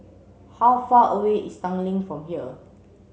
how far away is Tanglin from here